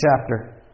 chapter